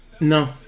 No